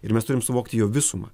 ir mes turim suvokti jo visumą